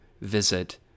visit